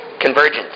Convergence